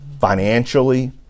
financially